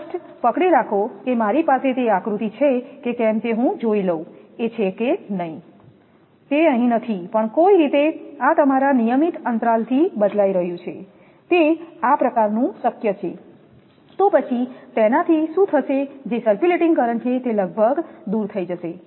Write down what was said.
just પકડી રાખો કે મારી પાસે તે આકૃતિ છે કે કેમ તે હું જોઈ લઉં એ છે કે નહીં તે અહીં નથી પણ કોઈપણ રીતે આ તમારા નિયમિત અંતરાલથી બદલાઈ રહ્યું છે તે આ પ્રકારનું શક્ય છે તો પછી તેનાથી શું થશે જે સર્ક્યુલેટિંગ કરંટ છે તે લગભગ દૂર થઈ જશે